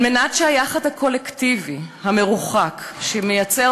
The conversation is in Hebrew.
על מנת שהיחד הקולקטיבי המרוחק שמייצר